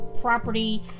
property